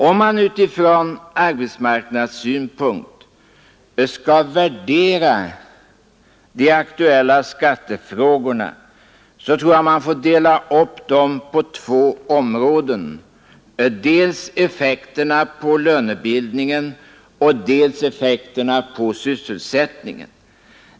Om man från arbetsmarknadssynpunkt skall värdera de aktuella skattefrågorna, tror jag att man får dela upp dem i två områden — dels effekterna på lönebildningen, dels effekterna på sysselsättningen.